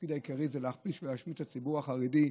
התפקיד העיקרי זה להכפיש ולהשמיץ את הציבור החרדי,